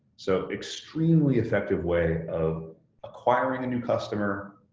so extremely effective way of acquiring a new customer,